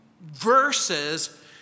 verses